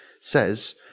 says